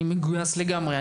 אני מגויס לגמרי,